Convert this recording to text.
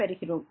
பெறுகிறோம்